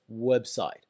website